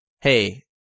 hey